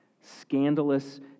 scandalous